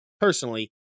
personally